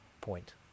point